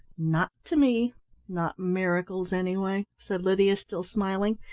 not to me not miracles, anyway, said lydia, still smiling,